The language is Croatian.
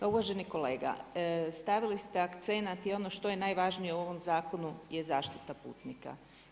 Uvaženi kolega stavili ste akcenat i ono što je najvažnije u ovom zakonu je zaštita putnika.